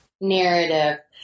narrative